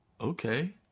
Okay